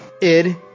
Id